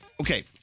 Okay